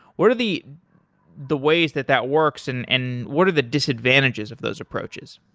what are the the ways that that works and and what are the disadvantages of those approaches?